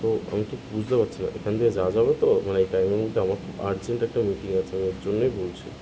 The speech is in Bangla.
তো আমি তো বুঝতে পারছিলাম এখান দিয়ে যা যাবে তো মানে এই টাইমটাই আমার খুব আর্জেন্ট একটা মিটিং আছে আমি এর জন্যই বলছি